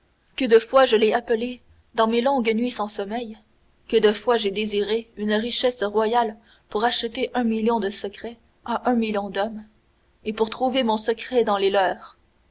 que de fois je l'ai appelé dans mes longues nuits sans sommeil que de fois j'ai désiré une richesse royale pour acheter un million de secrets à un million d'hommes et pour trouver mon secret dans les leurs